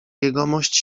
jegomość